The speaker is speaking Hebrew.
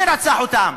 מי רצח אותם?